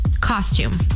costume